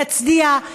יצדיע,